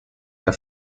der